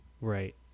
Right